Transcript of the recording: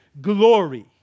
glory